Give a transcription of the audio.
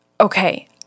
Okay